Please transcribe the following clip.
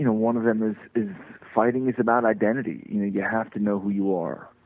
you know one of them is fighting is about identity, you know, you have to know who you are,